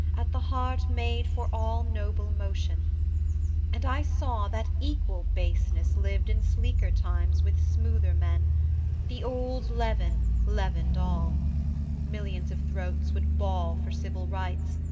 at the heart made for all noble motion and i saw that equal baseness lived in sleeker times with smoother men the old leaven leavened all millions of throats would bawl for civil rights,